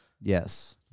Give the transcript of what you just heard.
Yes